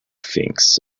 things